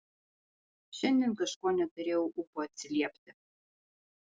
šiandien kažko neturėjau ūpo atsiliepti